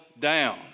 down